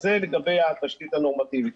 זה לגבי התשתית הנורמטיבית.